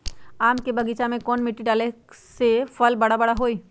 आम के बगीचा में कौन मिट्टी डाले से फल बारा बारा होई?